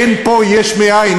אין פה יש מאין.